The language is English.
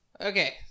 okay